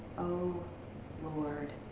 oh lord.